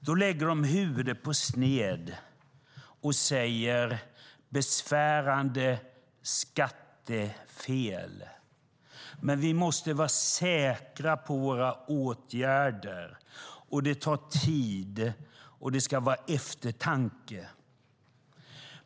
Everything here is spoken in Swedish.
Då lägger de huvudet på sned och säger: Det är besvärande skattefel, men vi måste vara säkra på våra åtgärder. Det tar tid, och det ska vara eftertanke.